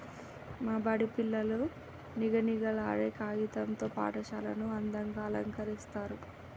మా బడి పిల్లలు నిగనిగలాడే కాగితం తో పాఠశాలను అందంగ అలంకరిస్తరు